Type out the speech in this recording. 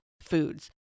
foods